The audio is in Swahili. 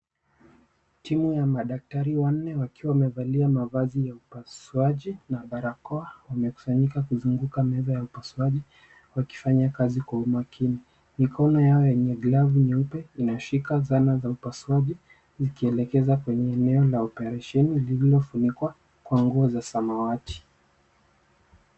Timu ya madaktari wanne wakiwa wamevalia mavasi ya upasuaji na barakoa. Wemekusanyika kuzungunga meza ya upasuaji wakifanya kazi kwa umakini. Mkono yao enye glovu nyeupe inashika sana za upasuaji zikielekeza kwenye eneo la operesheni lililofunikwa kwa nguo za samawati.